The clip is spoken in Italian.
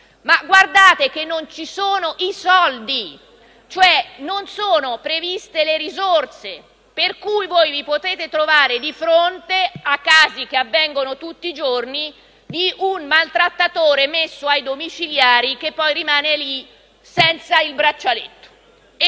ma guardate che non ci sono i soldi, non sono previste le risorse, per cui voi vi potete trovare di fronte a casi, quali avvengono tutti i giorni, di maltrattatori messi ai domiciliari che poi rimangono lì senza il braccialetto.